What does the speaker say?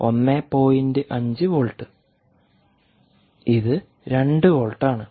5 volt ഇത് 2 volt ആണ്